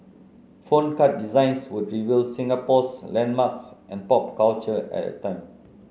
phone card designs would reveal Singapore's landmarks and pop culture at that time